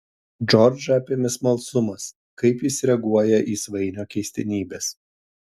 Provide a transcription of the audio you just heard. džordžą apėmė smalsumas kaip jis reaguoja į svainio keistenybes